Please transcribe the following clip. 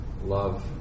love